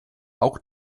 auch